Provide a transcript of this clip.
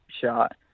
shot